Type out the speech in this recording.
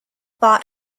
fought